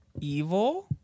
evil